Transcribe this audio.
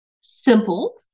simple